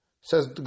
Says